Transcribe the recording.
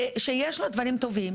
שיש לו דברים טובים.